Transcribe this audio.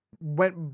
Went